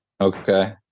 Okay